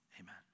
Amen